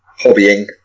hobbying